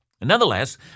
Nonetheless